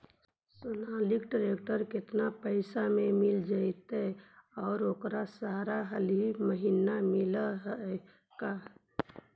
Sonalika tractor केतना पैसा में मिल जइतै और ओकरा सारे डलाहि महिना मिलअ है का?